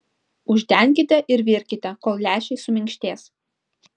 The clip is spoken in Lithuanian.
uždenkite ir virkite kol lęšiai suminkštės